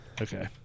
okay